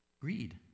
Greed